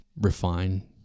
refine